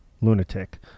lunatic—